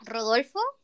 Rodolfo